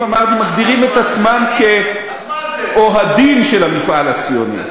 אמרתי: מגדירים את עצמם כאוהדים של המפעל הציוני.